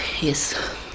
Yes